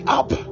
up